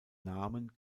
namen